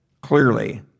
clearly